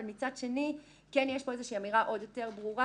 מצד שני יש פה אמירה עוד יותר ברורה.